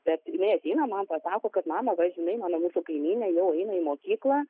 bet jinai ateina man pasako kad mama va žinai mano mūsų kaimynė jau eina į mokyklą